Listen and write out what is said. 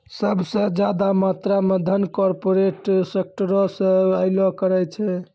सभ से ज्यादा मात्रा मे धन कार्पोरेटे सेक्टरो से अयलो करे छै